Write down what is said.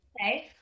okay